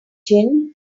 gin